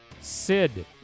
Sid